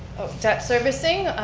debt servicing,